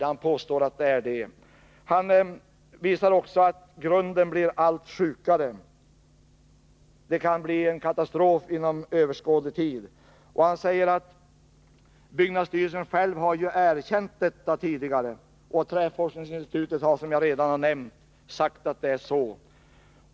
Själv anser han däremot att det är det och visar att grunden blir allt sjukare och att det kan bli en katastrof inom överskådlig tid. Detta har byggnadsstyrelsen erkänt tidigare, framhåller han. Också träforskningsinstitutet har sagt att det är så.